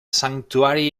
sanctuary